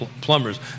plumbers